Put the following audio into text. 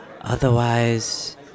Otherwise